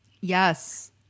Yes